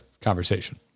conversation